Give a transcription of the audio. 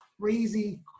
Crazy